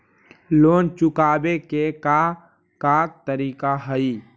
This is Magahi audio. लोन चुकावे के का का तरीका हई?